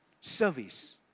Service